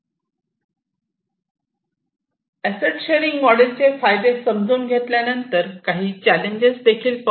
asset sharing मॉडेलचे फायदे समजून घेतल्यानंतर काही चॅलेंजेस देखील पाहू